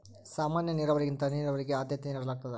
ಸಾಮಾನ್ಯ ನೇರಾವರಿಗಿಂತ ಹನಿ ನೇರಾವರಿಗೆ ಆದ್ಯತೆ ನೇಡಲಾಗ್ತದ